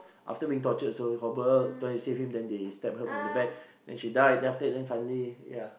after being tortured then she died then after that finally then ya